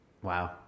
Wow